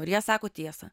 kurie sako tiesą